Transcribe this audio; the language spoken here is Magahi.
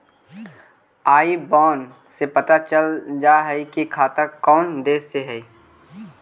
आई बैन से पता चल जा हई कि खाता कउन देश के हई